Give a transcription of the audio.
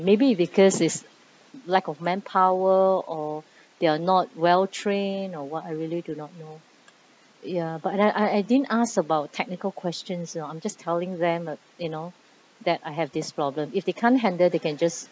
maybe because it's lack of manpower or they are not well-trained or what I really do not know ya but I I didn't ask about technical questions you know I'm just telling them that you know that I have this problem if they can't handle they can just